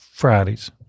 Fridays